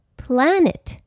planet